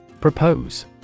Propose